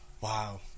Wow